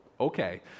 Okay